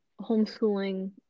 homeschooling